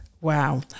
Wow